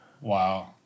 Wow